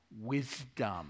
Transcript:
wisdom